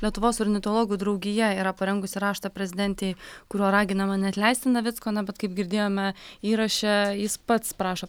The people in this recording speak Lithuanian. lietuvos ornitologų draugija yra parengusi raštą prezidentei kuriuo raginama neatleisti navickona bet kaip girdėjome įraše jis pats prašo